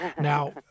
Now